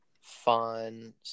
fun